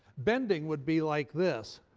bending would be like this.